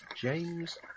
James